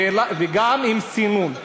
וגם עם סינון.